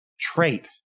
trait